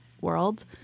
world